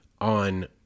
on